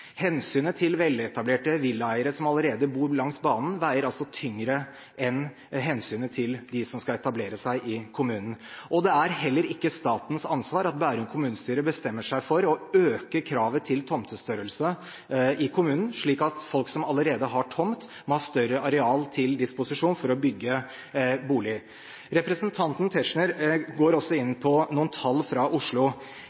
Hensynet til veletablerte villaeiere som allerede bor langs banen, veier altså tyngre enn hensynet til dem som skal etablere seg i kommunen. Det er heller ikke statens ansvar at Bærum kommunestyre bestemmer seg for å øke kravet til tomtestørrelse i kommunen, slik at folk som allerede har tomt, må ha større areal til disposisjon for å bygge boliger. Representanten Tetzschner går også inn